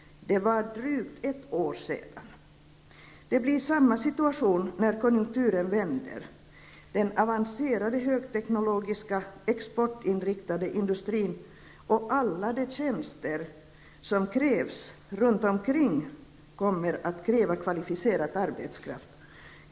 Det var drygt ett år sedan. Det blir samma situationen när konjunkturen vänder. Den avancerade högteknologiska exportinriktade industrin och alla de tjänster som krävs runt omkring kommer att kräva kvalificerad arbetskraft.